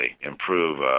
improve